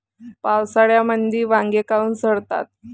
पावसाळ्यामंदी वांगे काऊन सडतात?